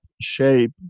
shape